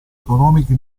economica